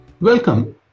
Welcome